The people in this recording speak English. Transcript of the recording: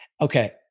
Okay